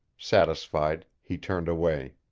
satisfied, he turned away.